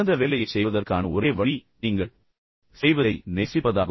பெரிய வேலையைச் செய்வதற்கான ஒரே வழி நீங்கள் செய்வதை நேசிப்பதாகும்